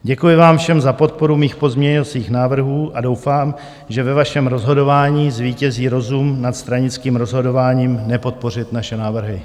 Děkuji vám všem za podporu mých pozměňovacích návrhů a doufám, že ve vašem rozhodování zvítězí rozum nad stranickým rozhodováním nepodpořit naše návrhy.